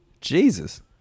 jesus